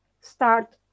start